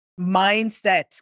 mindset